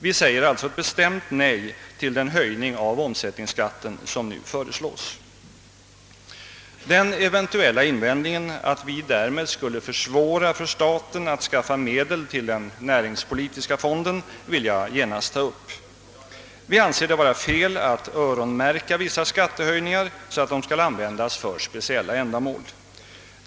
Vi säger bestämt nej till den höjning av omsättningsskatten som nu föreslås. Den eventuella invändningen att vi därmed skulle försvåra för staten att skaffa medel till den näringspolitiska fonden vill jag genast ta upp. Vi anser det vara fel att öronmärka vissa skattehöjningar så att de skall användas för speciella ändamål.